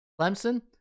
Clemson